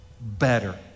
better